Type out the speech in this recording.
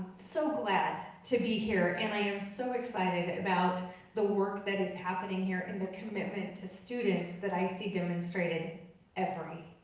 so glad to be here and i am so excited about the work that is happening here and the commitment to students that i see demonstrated every,